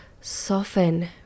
soften